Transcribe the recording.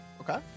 Okay